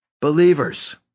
believers